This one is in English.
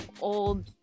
old